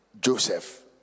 Joseph